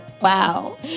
Wow